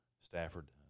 Stafford